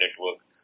network